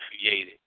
created